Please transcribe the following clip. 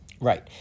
Right